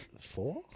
four